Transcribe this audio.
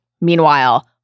meanwhile